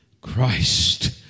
Christ